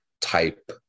type